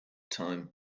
time